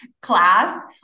class